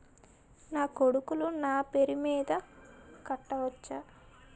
నా కొడుకులు నా పేరి మీద కట్ట వచ్చా?